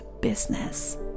business